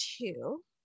two